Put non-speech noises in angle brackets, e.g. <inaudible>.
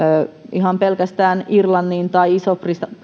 ihan pelkästään irlannin ja ison britannian <unintelligible>